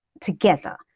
together